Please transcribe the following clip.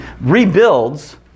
rebuilds